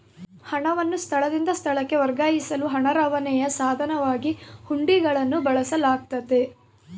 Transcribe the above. ಹಣವನ್ನು ಸ್ಥಳದಿಂದ ಸ್ಥಳಕ್ಕೆ ವರ್ಗಾಯಿಸಲು ಹಣ ರವಾನೆಯ ಸಾಧನವಾಗಿ ಹುಂಡಿಗಳನ್ನು ಬಳಸಲಾಗ್ತತೆ